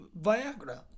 Viagra